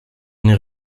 une